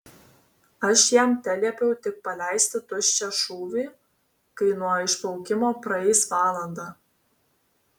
aš jam teliepiau tik paleisti tuščią šūvį kai nuo išplaukimo praeis valanda